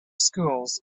schools